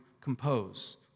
compose